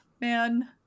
man